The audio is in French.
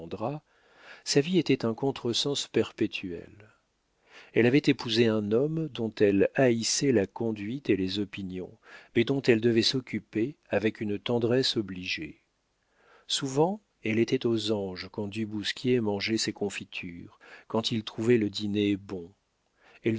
sa vie était un contre-sens perpétuel elle avait épousé un homme dont elle haïssait la conduite et les opinions mais dont elle devait s'occuper avec une tendresse obligée souvent elle était aux anges quand du bousquier mangeait ses confitures quand il trouvait le dîner bon